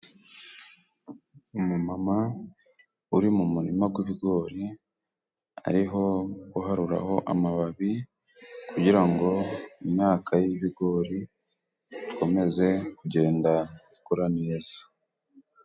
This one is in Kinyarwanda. Umumama uri mu murima w'ibigori, ariho guharuraho amababi, kugira ngo imyaka y'ibigori ikomeze kugenda ikura neza.